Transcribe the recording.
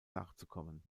nachzukommen